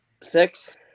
Six